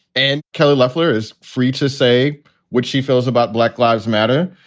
and kelly lefler is free to say what she feels about black lives matter.